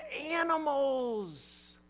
animals